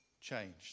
changed